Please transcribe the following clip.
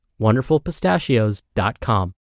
wonderfulpistachios.com